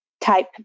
type